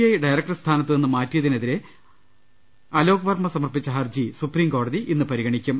I director സ്ഥാനത്തുനിന്ന് മാറ്റിയതിനെതിരെ അലോക് വർമ്മ സമർപ്പിച്ചു ഹർജി സുപ്രീംകോടതി ഇന്ന് പരി ഗണിക്കും